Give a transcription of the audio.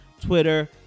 Twitter